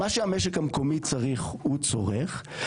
מה שהמשק המקומי צריך הוא צורך.